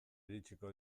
iritsiko